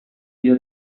بیا